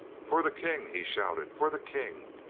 for the king! he shouted for the king!